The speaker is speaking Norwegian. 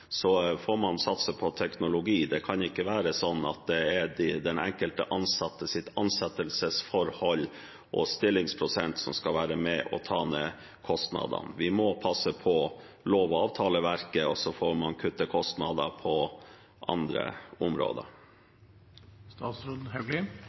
får man satse på teknologi. Det kan ikke være sånn at det er den enkelte ansattes ansettelsesforhold og stillingsprosent som skal være med på å ta ned kostnadene. Vi må passe på lov- og avtaleverket, og så får man kutte kostnader på andre